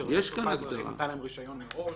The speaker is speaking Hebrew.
שרשות התעופה האזרחית נתנה להם רישיון מראש.